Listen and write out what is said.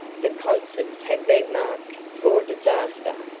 the concerts had been marked for disaster.